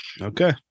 Okay